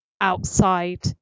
outside